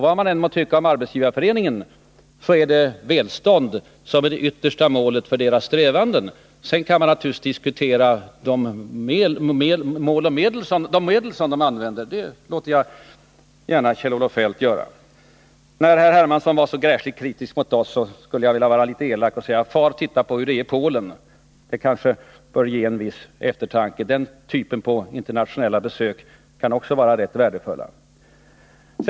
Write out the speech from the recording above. Vad man än må tycka om Arbetsgivareföreningen, så är det välstånd som är det yttersta målet för dess strävanden. Sedan kan man naturligtvis diskutera de medel som den använder. Herr Hermansson var så gräsligt kritisk mot oss att jag skulle vilja vara litet elak och säga: Titta på hur det är i Polen! Det kanske kan föranleda viss eftertanke! Sådana internationella besök kan också vara rätt värdefulla.